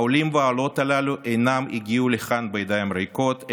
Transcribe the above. העולים והעולות הללו לא הגיעו לכאן בידיים ריקות,